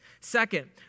Second